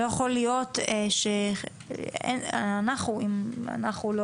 אם אנחנו,